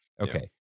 Okay